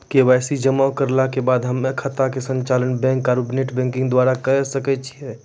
KYC जमा करला के बाद हम्मय खाता के संचालन बैक आरू नेटबैंकिंग द्वारा करे सकय छियै?